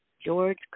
George